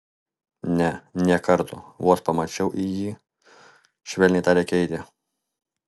ne nė karto vos pamačiau į į švelniai tarė keitė